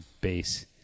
base